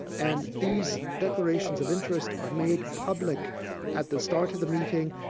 and these declarations of interest are made public at the start of the meeting,